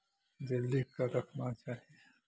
जे लिखि कऽ रखना चाही